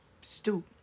stoop